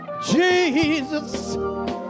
Jesus